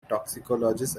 toxicologists